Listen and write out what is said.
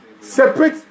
Separate